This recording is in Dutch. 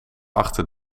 achter